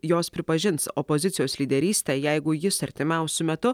jos pripažins opozicijos lyderystę jeigu jis artimiausiu metu